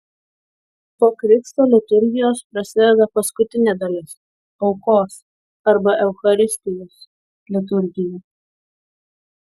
po krikšto liturgijos prasideda paskutinė dalis aukos arba eucharistijos liturgija